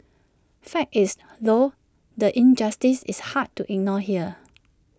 fact is though the injustice is hard to ignore here